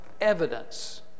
evidence